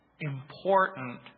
important